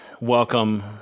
welcome